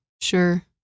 Sure